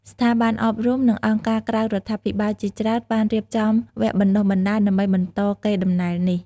ស្ថាប័នអប់រំ និងអង្គការក្រៅរដ្ឋាភិបាលជាច្រើនបានរៀបចំវគ្គបណ្តុះបណ្តាលដើម្បីបន្តកេរដំណែលនេះ។